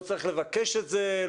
לא צריך לבקש את זה.